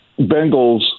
Bengals